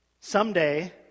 someday